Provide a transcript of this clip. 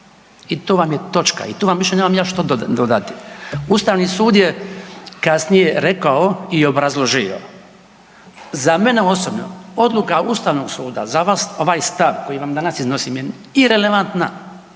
I to vam je točka i tu vam više nemam ja što dodati. Ustavni sud je kasnije rekao i obrazložio. Za mene osobno, odluka Ustavnog suda, za vas, ovaj stav koji vam danas iznosim je irelevantna.